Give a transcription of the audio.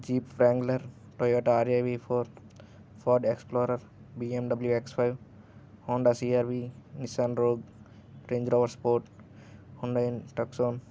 jeep Wrangler Toyota R A V four Ford Explorer BMW X five Honda C R V Nissan Rogue Range Rover Sport Hyundai Tucson